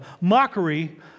mockery